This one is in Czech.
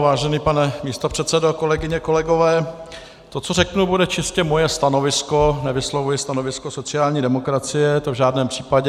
Vážený pane místopředsedo, kolegyně, kolegové, to, co řeknu, bude čistě moje stanovisko, nevyslovuji stanovisko sociální demokracie, to v žádném případě.